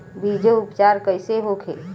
बीजो उपचार कईसे होखे?